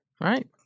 Right